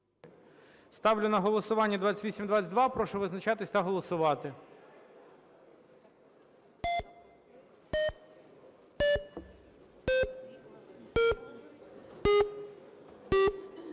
Ставлю на голосування правку 2824. Прошу визначатись та голосувати.